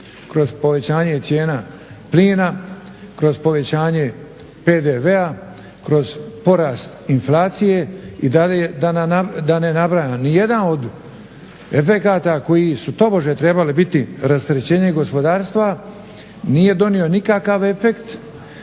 kroz povećanje cijena plina, kroz povećanje PDV-a, kroz porast inflacije i dalje da ne nabrajam. Nijedan od efekata koji su tobože trebali biti rasterećenje gospodarstva nije donio nikakav efekt,